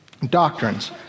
doctrines